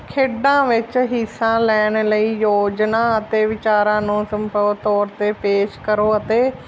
ਖੇਡਾਂ ਵਿੱਚ ਹਿੱਸਾ ਲੈਣ ਲਈ ਯੋਜਨਾ ਅਤੇ ਵਿਚਾਰਾਂ ਨੂੰ ਸਮੂਹ ਤੌਰ 'ਤੇ ਪੇਸ਼ ਕਰੋ ਅਤੇ